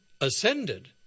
ascended